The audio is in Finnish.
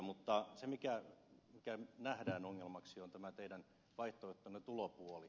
mutta se mikä nähdään ongelmaksi on tämä teidän vaihtoehtonne tulopuoli